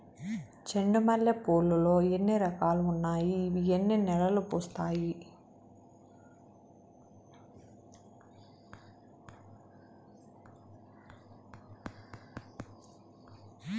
చెండు మల్లె పూలు లో ఎన్ని రకాలు ఉన్నాయి ఇవి ఎన్ని నెలలు పూస్తాయి